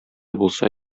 булса